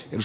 jos